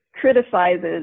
criticizes